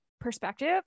perspective